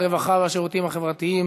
הרווחה והשירותים החברתיים